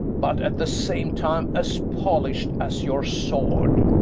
but at the same time as polished, as your sword.